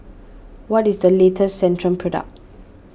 what is the latest Centrum Product